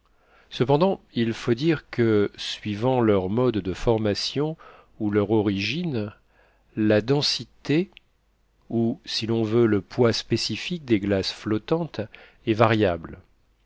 cependant il faut dire que suivant leur mode de formation ou leur origine la densité ou si l'on veut le poids spécifique des glaces flottantes est variable